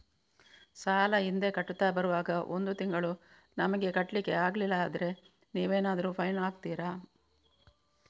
ಸಾಲ ಹಿಂದೆ ಕಟ್ಟುತ್ತಾ ಬರುವಾಗ ಒಂದು ತಿಂಗಳು ನಮಗೆ ಕಟ್ಲಿಕ್ಕೆ ಅಗ್ಲಿಲ್ಲಾದ್ರೆ ನೀವೇನಾದರೂ ಫೈನ್ ಹಾಕ್ತೀರಾ?